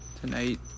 Tonight